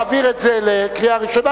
במקום להעביר את זה לקריאה ראשונה,